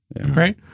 right